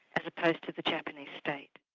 as opposed to the japanese state.